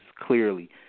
clearly